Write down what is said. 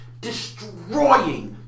destroying